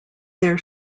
their